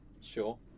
Sure